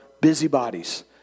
busybodies